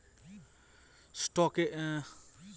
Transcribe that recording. স্টকসে টাকা বিনিয়োগ করে মানুষ ইকুইটি ফান্ডে টাকা রাখে